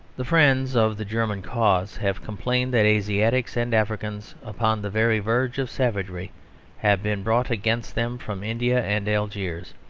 the friends of the german cause have complained that asiatics and africans upon the very verge of savagery have been brought against them from india and algiers.